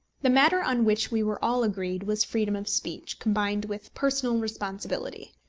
the matter on which we were all agreed was freedom of speech, combined with personal responsibility.